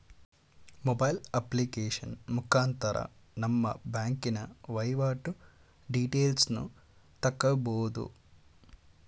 mobile application ಮುಖಾಂತರ ನಮ್ಮ ಬ್ಯಾಂಕಿನ ವೈವಾಟು ಡೀಟೇಲ್ಸನ್ನು ತಕ್ಕಬೋದು